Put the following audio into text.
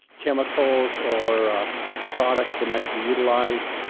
chemicals or products that might be utilized.